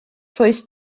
rhoes